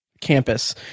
campus